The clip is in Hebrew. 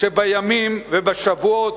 שבימים ובשבועות,